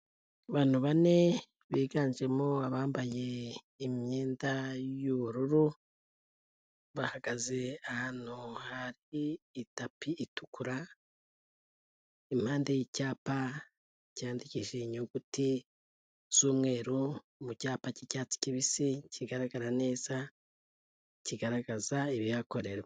Abantu bane biganjemo abambaye imyenda y'ubururu, bahagaze ahantu hari itapi itukura, impande y'icyapa cyandikishije inyuguti z'umweru, mu cyapa cy'icyatsi kibisi kigaragara neza, kigaragaza ibihakorerwa.